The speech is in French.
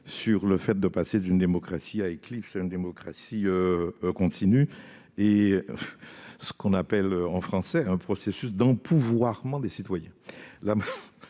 sur la nécessité de passer d'une démocratie à éclipses à une démocratie continue, ce qu'on appelle un processus d'« empouvoirement » des citoyens.